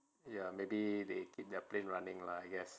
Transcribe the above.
ya maybe they keep their plane running lah I guess